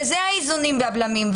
ואלה האיזונים והבלמים.